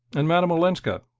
and madame olenska?